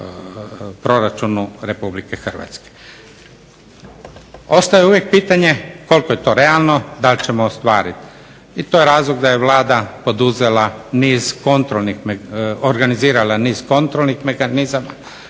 u proračunu Republike Hrvatske. Ostaje uvijek pitanje koliko je to realno, dal ćemo ostvarit i to je razloga da je Vlada organizirala niz kontrolnih mehanizama,